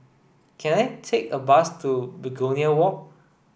can I take a bus to Begonia Walk